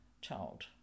child